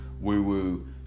woo-woo